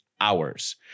Hours